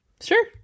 Sure